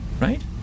right